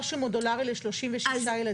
השאלה אם יש משהו מודולרי ל-36 ילדים.